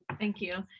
thank you.